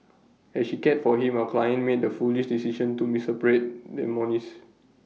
as she cared for him our client made the foolish decision to the monies